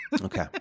Okay